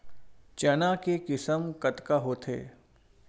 चना के किसम कतका होथे?